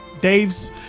Dave's